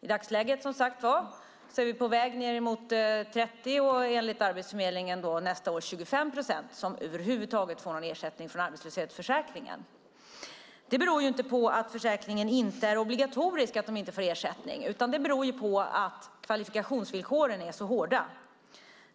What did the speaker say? I dagsläget är vi på väg ned mot 30 och enligt Arbetsförmedlingen nästa år 25 procent som över huvud taget får någon ersättning från arbetslöshetsförsäkringen. Att de inte får ersättning beror inte på att försäkringen inte är obligatorisk, utan det beror på att kvalifikationsvillkoren är så hårda.